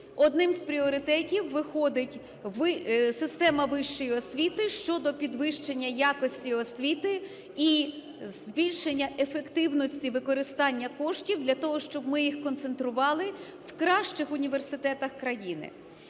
одним з пріоритетів виходить система вищої освіти щодо підвищення якості освіти і збільшення ефективності використання коштів для того, щоб ми їх концентрували в кращих університетах країни.